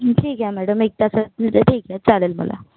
ठीक आहे मॅडम एक तासात म्हणजे ठीक आहे चालेल मला